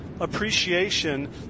appreciation